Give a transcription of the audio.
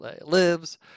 lives